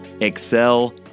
excel